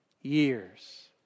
years